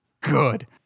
good